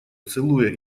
целуя